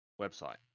website